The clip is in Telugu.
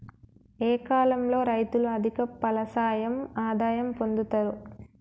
ఏ కాలం లో రైతులు అధిక ఫలసాయం ఆదాయం పొందుతరు?